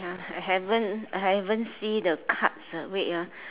I haven't haven't see the cards wait ah